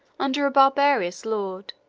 under a barbarous lord,